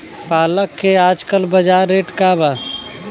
पालक के आजकल बजार रेट का बा?